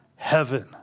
Heaven